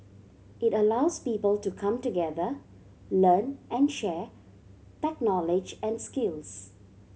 it allows people to come together learn and share tech knowledge and skills